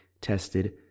tested